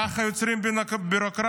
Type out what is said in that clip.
כך יוצרים ביורוקרטיה.